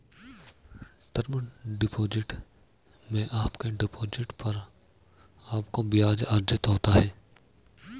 term deposit में आपके deposit पर आपको ब्याज़ अर्जित होता है